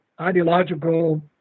ideological